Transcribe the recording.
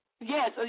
Yes